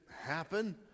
happen